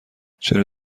چرا